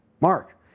Mark